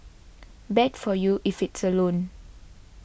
bad for you if it's a loan